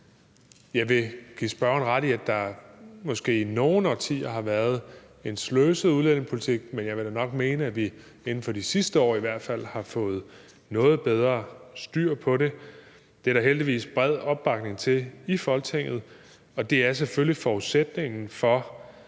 Jeg vil give spørgeren ret i, at der måske i nogle årtier har været en sløset udlændingepolitik, men jeg vil da nok mene, at vi i hvert fald inden for de sidste år har fået noget bedre styr på det. Det er der heldigvis bred opbakning til i Folketinget, og selvfølgelig er forudsætningen for,